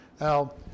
Now